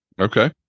Okay